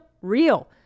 real